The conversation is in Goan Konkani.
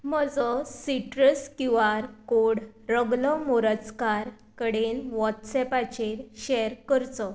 म्हजो सिटरस क्यू आर कोड रगलो मोरजकार कडेन व्हॉट्सएपाचेर शेअर करचो